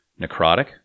Necrotic